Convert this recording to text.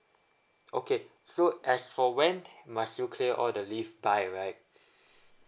okay so as for when must you clear all the leave by right